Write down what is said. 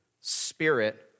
Spirit